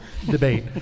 debate